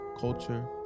culture